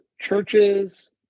churches